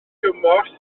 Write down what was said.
gymorth